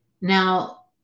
Now